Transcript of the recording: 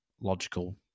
logical